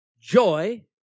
joy